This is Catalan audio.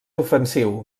ofensiu